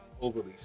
overly